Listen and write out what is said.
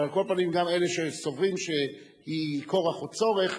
אבל על כל פנים גם אלה שסוברים שהיא כורח או צורך,